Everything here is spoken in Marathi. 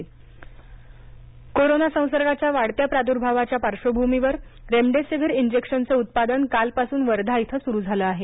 नितीन गडकरी वर्धा कोरोना संसर्गाच्या वाढत्या प्रादूर्भावाच्या पार्श्वभूमीवर रेमडेसिवीर इंजेक्शनचं उत्पादन कालपासून वर्धा इथं सुरू झालं आहे